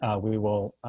we will